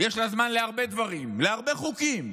יש זמן להרבה דברים, להרבה חוקים: